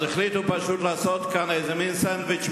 אז החליטו פשוט לעשות כאן איזה סנדוויץ'